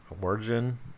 origin